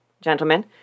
gentlemen